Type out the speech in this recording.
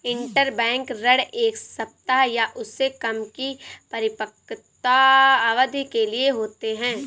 interbank ऋण एक सप्ताह या उससे कम की परिपक्वता अवधि के लिए होते हैं